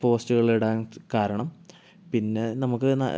പോസ്റ്റുകൾ ഇടാൻ കാരണം പിന്നെ നമുക്ക്